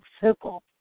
circle